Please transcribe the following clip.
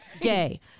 gay